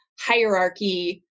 hierarchy